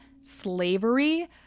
slavery